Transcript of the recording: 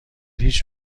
هیچ